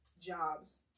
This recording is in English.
jobs